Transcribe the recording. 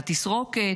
התסרוקת,